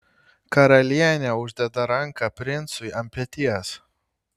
karalienė uždeda ranką princui ant peties